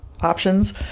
options